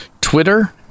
Twitter